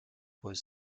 was